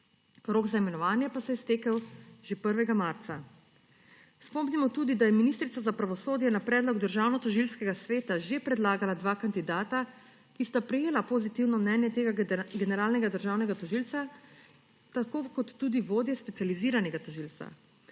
rok za imenovanje pa se je iztekel že 1. marca. Spomnimo tudi, da je ministrica za pravosodje na predlog Državnotožilskega sveta že predlagala dva kandidata, ki sta prejela pozitivno mnenje generalnega državnega tožilca tako kot tudi vodje Specializiranega tožilstva.